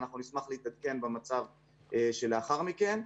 ואנחנו נשמח להתעדכן במצב שלאחר מכן.